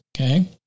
okay